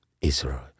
Israel